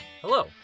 Hello